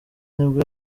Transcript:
nibwo